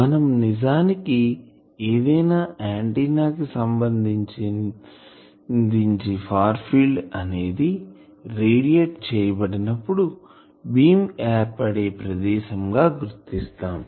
మనం నిజానికి ఏదయినా ఆంటిన్నా కి సంబంధించి ఫార్ ఫీల్డ్ అనేది రేడియేట్ చేయబడినప్పుడు బీమ్ ఏర్పడే ప్రదేశం గా గుర్తిస్తాం